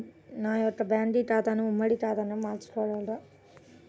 నా యొక్క బ్యాంకు ఖాతాని ఉమ్మడి ఖాతాగా మార్చగలరా?